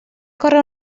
córrer